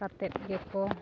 ᱠᱟᱛᱮᱫ ᱜᱮᱠᱚ